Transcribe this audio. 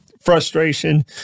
frustration